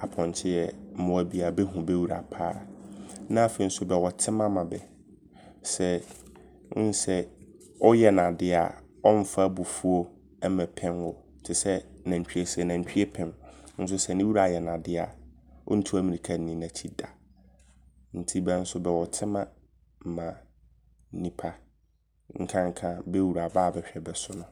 apɔnkye yɛ mmoa bi a bɛhu bɛwura paa. Na afei nso bɛwɔ tema mabɛ. Sɛ wohu sɛ, woyɛ no adea ɔmfa abufuo mmɛpem wo. Te sɛ nantwie sei, nantwie pem. Nso sɛ ne wura yɛ no adea ɔntu ammirika nni n'akyi da. Nti bɛ nso bɛwɔ tema ma nnipa. Nkanka bɛwura. Bɛ a bɛhwɛ bɛso no.